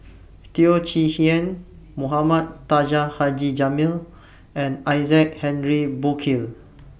Teo Chee Hean Mohamed Taha Haji Jamil and Isaac Henry Burkill